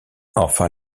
enfin